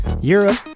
Europe